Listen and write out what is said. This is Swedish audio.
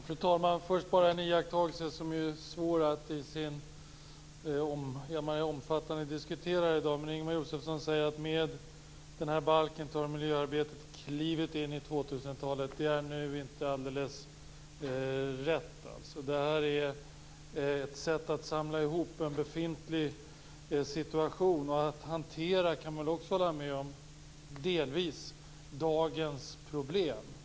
Fru talman! Först har jag bara en iakttagelse. Ingemar Josefsson säger att med den här balken tar miljöarbetet klivet in i 2000-talet. Det är nu inte alldeles rätt. Det här är ett sätt att samla ihop en befintlig situation och att hantera - det kan man väl hålla med om - en del av dagens problem.